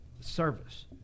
service